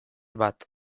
bat